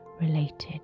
related